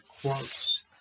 quotes